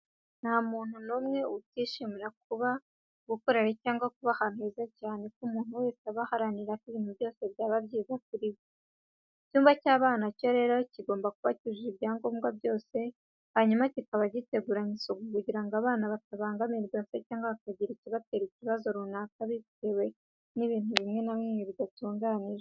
Nta muntu n'umwe utishimira kuba, gukorera cyangwa kuba ahantu heza cyane ko umuntu wese aba aharanira ko ibintu byose byaba byiza kuri we. Icyumba cy'abana cyo rero kigomba kuba cyujuje ibyangombwa byose hanyuma kikaba giteguranye isuku kugira ngo abana batabangamirwa cyangwa se hakagira ikibatera ikibazo runaka kubera ibintu bimwe na bimwe bidatunganijwe.